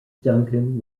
duncan